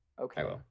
Okay